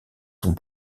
sont